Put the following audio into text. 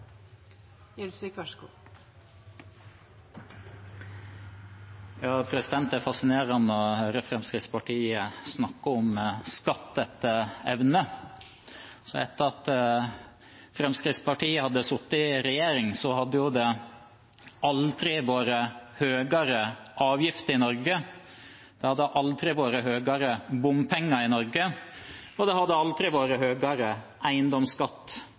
å høre Fremskrittspartiet snakke om skatt etter evne. Etter at Fremskrittspartiet har sittet i regjering, har det aldri vært høyere avgifter i Norge. Det har aldri vært høyere bompenger i Norge. Og det har aldri vært høyere eiendomsskatt